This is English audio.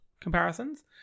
comparisons